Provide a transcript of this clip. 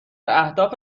اهداف